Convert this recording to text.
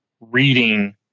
reading